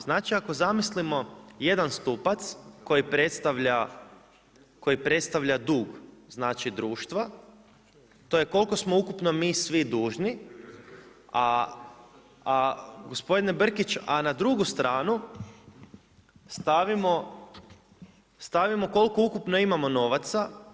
Znači, ako zamislimo jedan stupac koji predstavlja dug znači društva to je koliko smo ukupno mi svi dužni, a gospodine Brkić a na drugu stranu stavimo koliko ukupno imamo novaca.